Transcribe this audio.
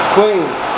Queens